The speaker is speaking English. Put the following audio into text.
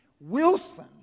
Wilson